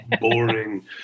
boring